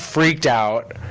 freaked out.